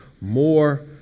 more